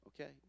Okay